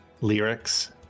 lyrics